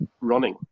running